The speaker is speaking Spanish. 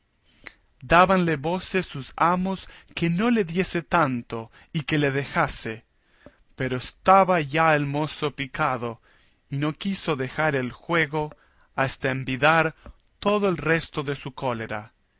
cibera dábanle voces sus amos que no le diese tanto y que le dejase pero estaba ya el mozo picado y no quiso dejar el juego hasta envidar todo el resto de su cólera